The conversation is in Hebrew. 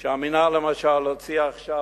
שעות על כך שהמינהל למשל הוציא עכשיו,